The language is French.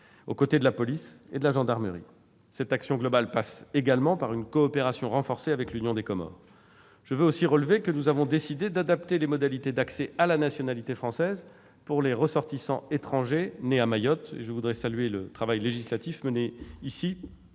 aux côtés de la police et de la gendarmerie. Cette action globale passe également par une coopération renforcée avec l'Union des Comores. Je veux aussi relever que nous avons décidé d'adapter les modalités d'accès à la nationalité française pour les ressortissants étrangers nés à Mayotte : je salue ici le travail législatif mené au